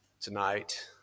tonight